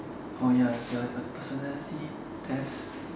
oh ya that's what the personality test